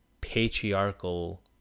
patriarchal